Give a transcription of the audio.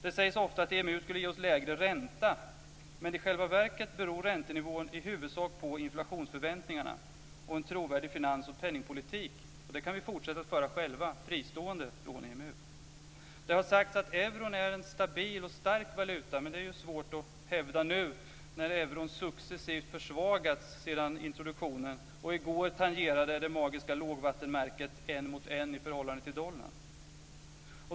Det sägs ofta att EMU skulle ge oss lägre ränta, men i själva verket beror räntenivån i huvudsak på inflationsförväntningarna och en trovärdig finans och penningpolitik, och det kan vi fortsätta att föra själva, fristående från EMU. Det har sagts att euron är en stabil och stark valuta, men det är ju svårt att hävda nu, när euron successivt försvagats sedan introduktionen och i går tangerade det magiska lågvattenmärket en mot en i förhållande till dollarn.